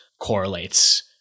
correlates